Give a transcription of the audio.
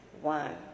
One